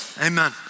Amen